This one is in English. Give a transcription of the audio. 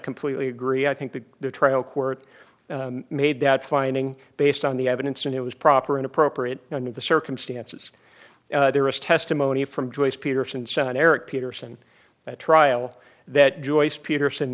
completely agree i think that the trial court made that finding based on the evidence and it was proper and appropriate under the circumstances there was testimony from joyce peterson's son eric peterson trial that joyce peterson